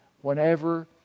whenever